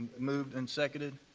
moved and seconded.